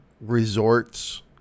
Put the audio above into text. resorts